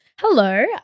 Hello